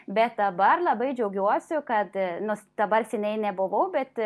bet dabar labai džiaugiuosi kad mu dabar seniai nebuvau bet